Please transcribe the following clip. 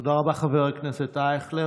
תודה רבה, חבר הכנסת אייכלר.